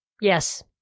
Yes